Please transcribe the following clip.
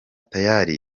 tayali